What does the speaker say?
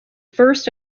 first